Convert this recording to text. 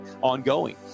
ongoing